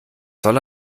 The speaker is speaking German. soll